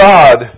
God